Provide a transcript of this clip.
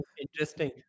interesting